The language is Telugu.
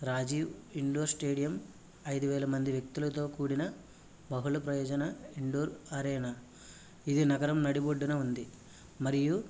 రాజీవ్ ఇండోర్ స్టేడియం ఐదు వేల మంది వ్యక్తులతో కూడిన పగలు ప్రయోజన ఇండోర్ అరేనా ఇది నగరం నది బొడ్డున ఉంది మరియు